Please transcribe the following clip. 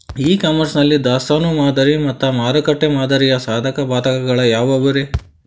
E commerce ನಲ್ಲಿ ದಾಸ್ತಾನು ಮಾದರಿ ಮತ್ತ ಮಾರುಕಟ್ಟೆ ಮಾದರಿಯ ಸಾಧಕ ಬಾಧಕಗಳ ಯಾವವುರೇ?